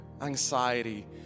anxiety